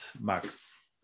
Max